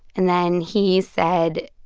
and then he said,